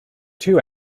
two